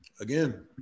again